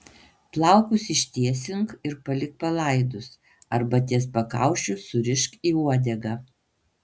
plaukus ištiesink ir palik palaidus arba ties pakaušiu surišk į uodegą